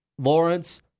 Lawrence